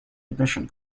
admission